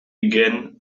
again